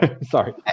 sorry